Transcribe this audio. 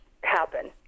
happen